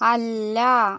അല്ല